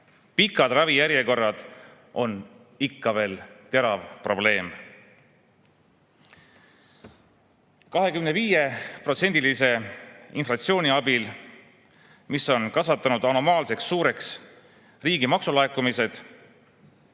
Pikad ravijärjekorrad on ikka veel terav probleem. 25%‑lise inflatsiooni abil, mis on kasvatanud anomaalselt suureks riigi maksulaekumised,